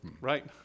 Right